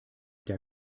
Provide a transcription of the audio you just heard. der